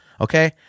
Okay